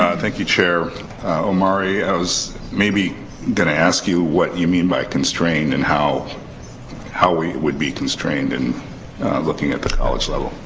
ah thank you, chair omari. i was maybe gonna ask you what you mean by constrain and how how we would be constrained in looking at the college level?